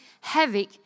havoc